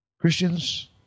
Christians